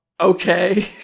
okay